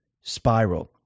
spiral